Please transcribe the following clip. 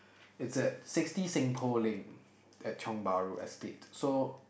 it's at sixty Seng-Poh-Lane at Tiong-Bahru estate so